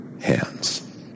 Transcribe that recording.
hands